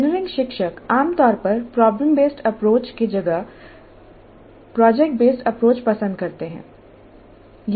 engineering शिक्षक आमतौर पर प्रॉब्लम बेसड अप्रोच के जगह लिए प्रोजेक्ट बेस्ड अप्रोच पसंद करते हैं